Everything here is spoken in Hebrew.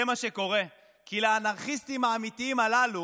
זה מה שקורה, כי לאנרכיסטיים האמיתיים הללו